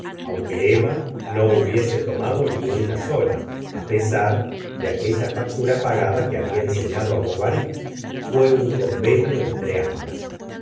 aunque emma no hubiese tomado ni una sola á pesar de aquella factura pagada que babia ensenado á bovary fué un convenio entre ambas el